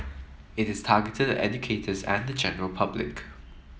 it is targeted at educators and general public